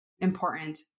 important